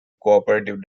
cooperative